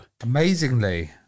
Amazingly